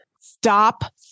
stop